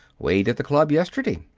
weighed at the club yesterday.